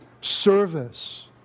service